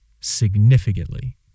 significantly